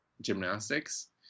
gymnastics